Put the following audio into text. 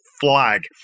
flag